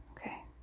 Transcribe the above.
Okay